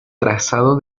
trazado